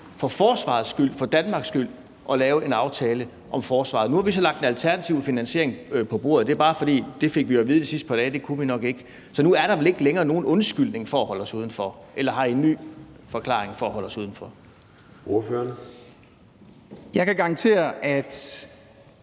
for forsvarets skyld, for Danmarks skyld, og lave en aftale om forsvaret? Nu har vi så lagt en alternativ finansiering på bordet. Det er bare, fordi vi fik at vide de sidste par dage, at det kunne vi nok ikke. Så nu er der vel ikke længere nogen undskyldning for at holde os udenfor, eller har I en ny forklaring for at holde os udenfor? Kl. 09:24 Formanden